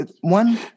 one